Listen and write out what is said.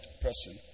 person